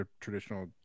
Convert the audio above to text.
traditional